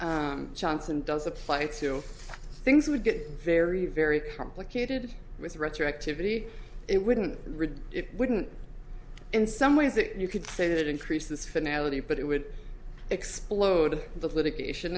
johnson does apply to things would get very very complicated with retroactivity it wouldn't reduce it wouldn't in some ways that you could say that it increases finale but it would explode the litigation